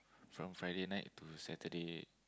from Friday night to Saturday